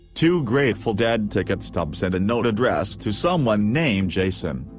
two grateful dead ticket stubs and a note addressed to someone named jason.